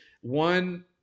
one